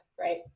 right